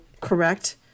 correct